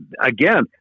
again